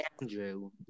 Andrew